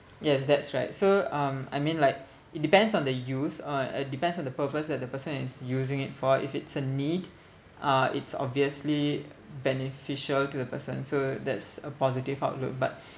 yes that's right so um I mean like it depends on the use uh it depends on the purpose that the person is using it for if it's a need uh it's obviously beneficial to the person so that's a positive outlook but